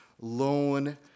loan